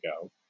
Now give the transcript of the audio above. go